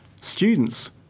students